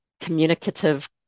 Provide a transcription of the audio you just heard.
communicative